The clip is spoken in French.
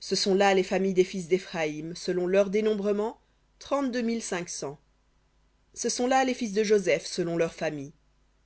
ce sont là les familles des fils d'éphraïm selon leur dénombrement trente-deux mille cinq cents ce sont là les fils de joseph selon leurs familles